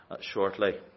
shortly